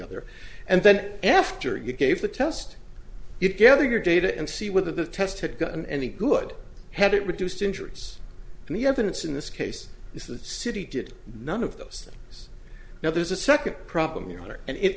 other and then after you gave the test you gather your data and see whether the test had gotten any good had it reduced injuries and the evidence in this case is the city did none of those now there's a second